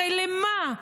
הרי למה,